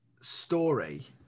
story